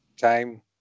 Time